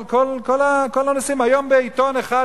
כל הנושאים היום בעיתון אחד,